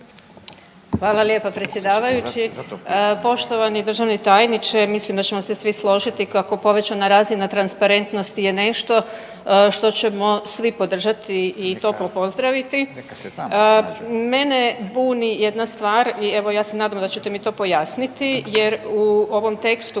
Hvala lijepa predsjedavajući. Poštovani državni tajniče. Mislim da ćemo se svi složiti kako povećana razina transparentnosti je nešto što ćemo svi podržati i toplo pozdraviti. Mene buni jedna stvar i evo ja se nadam da ćete mi to pojasniti jer u ovom tekstu